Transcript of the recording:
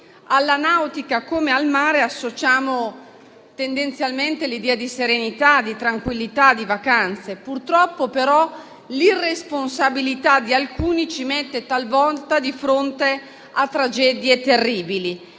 Alla nautica, come al mare, associamo tendenzialmente l'idea di serenità, di tranquillità, di vacanze. Purtroppo, però, l'irresponsabilità di alcuni ci mette talvolta di fronte a tragedie terribili.